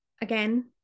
again